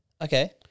Okay